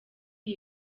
iyi